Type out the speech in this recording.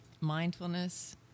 mindfulness